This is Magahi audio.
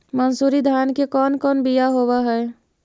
मनसूरी धान के कौन कौन बियाह होव हैं?